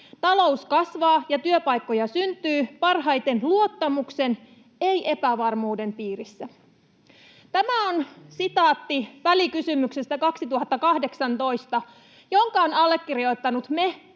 Talous kasvaa ja työpaikkoja syntyy parhaiten luottamuksen, ei epävarmuuden, piirissä.” Tämä on sitaatti välikysymyksestä 2018, jonka olemme allekirjoittaneet me